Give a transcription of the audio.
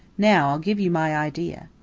now, i'll give you my idea.